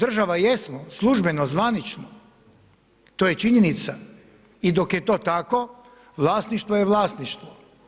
Kao država jesmo, službeno zvanično, to je činjenica i dok je to tako vlasništvo je vlasništvo.